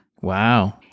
Wow